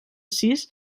sis